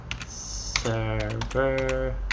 server